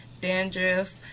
dandruff